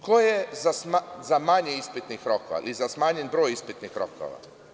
Ko je za manje ispitnih rokova i za smanjen broj ispitnih rokova?